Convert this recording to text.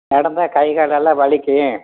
நடந்தால் கை காலெல்லாம் வலிக்கும்